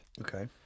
Okay